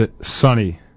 sunny